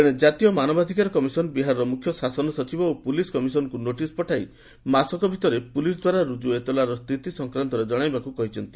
ତେଶେ ଜାତୀୟ ମାନବାଧିକାର କମିଶନ୍ ବିହାରର ମୁଖ୍ୟ ଶାସନ ସଚିବ ଓ ପୁଲିସ୍ ମହାନିର୍ଦ୍ଦେଶକଙ୍କୁ ନୋଟିସ୍ ପଠାଇ ମାସକ ଭିତରେ ପୁଲିସ୍ ଦ୍ୱାରା ରୁଜୁ ଏତଲାର ସ୍ଥିତି ସଫକ୍ରାନ୍ତରେ ଜଣାଇବାକୁ କହିଛନ୍ତି